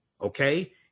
okay